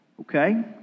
Okay